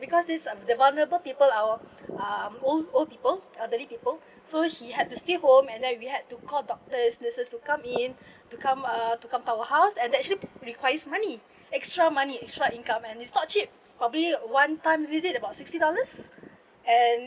because these are the vulnerable people our uh old old people elderly people so he had to stay home and then we had to call doctors nurses to come in to come uh to come to our house and actually requires money extra money extra income and it's not cheap probably one time visit about sixty dollars and